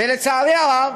לצערי הרב,